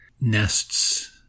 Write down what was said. nests